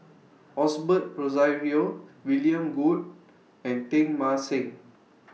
Osbert Rozario William Goode and Teng Mah Seng